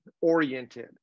oriented